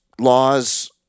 laws